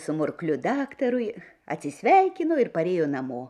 su murkliu daktarui atsisveikino ir parėjo namo